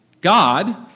God